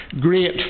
Great